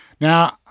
Now